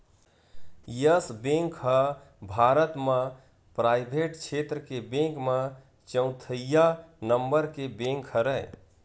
yes Bank ह भारत म private छेत्र के बेंक म चउथइया नंबर के बेंक हरय